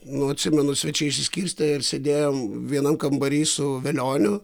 nu atsimenu svečiai išsiskirstė ir sėdėjom vienam kambary su velioniu